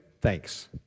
thanks